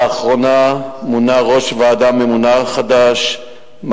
לאחרונה מונה ראש ועדה ממונה חדש,